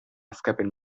askapen